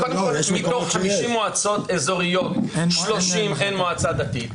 מתוך 50 מועצות אזוריות ל-30 אין מועצה דתית.